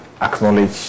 acknowledge